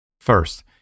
First